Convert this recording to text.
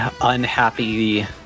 unhappy